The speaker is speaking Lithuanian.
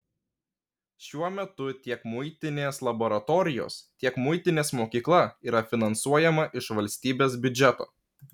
šiuo metu tiek muitinės laboratorijos tiek muitinės mokykla yra finansuojama iš valstybės biudžeto